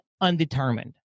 undetermined